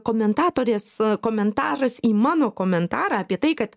komentatorės komentaras į mano komentarą apie tai kad